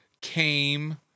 came